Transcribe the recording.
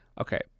Okay